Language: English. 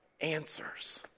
Answers